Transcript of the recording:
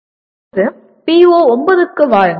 இப்போது PO9 க்கு வாருங்கள்